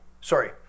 sorry